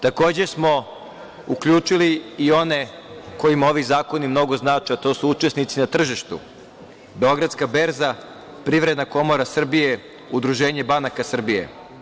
Takođe smo uključili i one kojima oni zakoni mnogo znače, a to su učesnici na tržištu: Beogradska berza, Privredna komora Srbije, Udruženje banaka Srbije.